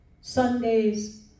Sunday's